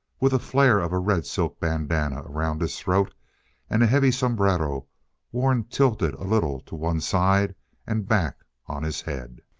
with a flare of a red silk bandanna around his throat and a heavy sombrero worn tilted a little to one side and back on his head.